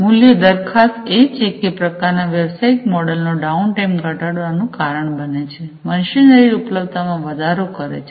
મૂલ્ય દરખાસ્ત એ છે કે આ પ્રકારના વ્યવસાયિક મોડેલ નો ડાઉનટાઇમ ઘટાડવાનું કારણ બને છે મશીનરી ઉપલબ્ધતામાં વધારો કરે છે